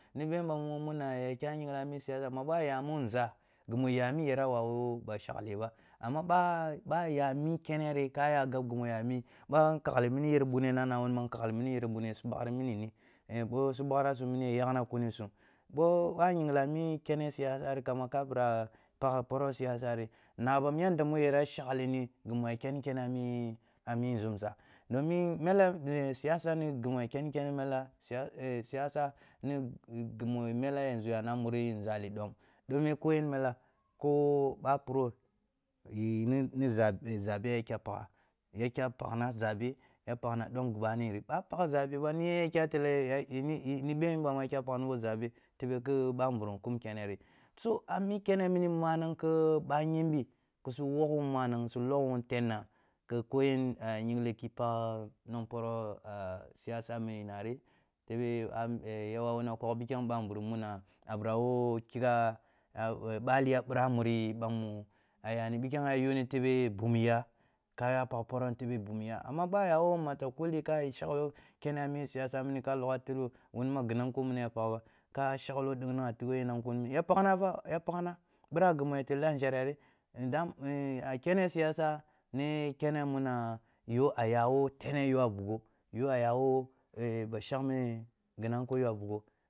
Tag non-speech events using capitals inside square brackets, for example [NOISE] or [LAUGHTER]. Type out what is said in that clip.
Ni ɓeh ɓa mumuna nik yah yingle a mi siyasa, ma ɓoh a ya mun nȝah ghi mu ya mi yara yar aba shakleba, amma ɓoh aya ɓoh aya mi keneri ka ya kab ghi yana mi, ɓoh nkaghli mini yar ɓune na na ma nkaghli mini yar bune su ɓaghri mini ni, eh ɓoh su ɓaghra sum mini ya yakna knni sum, ɓoh a yingla a mi siyasa ri kamba ka ɓirah pagh poroh siyasari nabam yadda mu ya ra shaklini ghi mu yara keni kene a mi, a i zumzah domin mele un siyasa ni ghi mu ya keni kene mela, eh un siyasa [HESITATION] ni ghi mu ya mela yana a muri nzali ɗom, ɗom ye koyen mela, koh ɓah puroh eee ni ni zaɓe zabe ya kyah pagha, ya kyah paghna zabe, ya paghna dom ghi ɓani ri, ɓah pagh zabe ba ni yen ya kyas tele [HESITATION] be yen ya kyah paghni bo zabe tebe ki ɓamu burum kum ene ri, so a mi kene mini manang khi ɓah yimbi ki su wogh wun manang so logh wun tenna ki ko yen yingle ki pagh nun poroh siyasa mininari tebe a eh ya wawu na kogh pikhem bamburum muna a birah wo ki’ah a eh baliya birah a muri ɓah mu a yani, pikhem a yo ni tebe bumiya, ka ya pagh poroh a tebe bumiya, amma ɓoh a ya wo matakulli ka a shakloh kene me siyasa mini ka a yu’ah tigho wuni ghi nanko mini ya paghba, ka a shaklo deng na tigho nan kuni na ya paghna ta, ya paghna, ɓirah ghi mu ya tella a nȝhereri ndam [HESITATION] a kene siyasa ni kene muna yo a ya wo tene yo a bugho, yo a ya wo eh bahshang me ghi nanko yo a bugho.